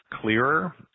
clearer